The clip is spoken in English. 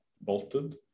bolted